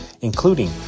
including